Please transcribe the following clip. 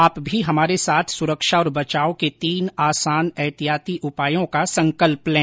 आप भी हमारे साथ सुरक्षा और बचाव के तीन आसान एहतियाती उपायों का संकल्प लें